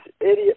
idiot